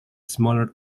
smaller